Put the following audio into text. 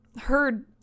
heard